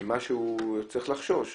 ממה שהוא צריך לחשוש.